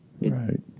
right